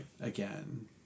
again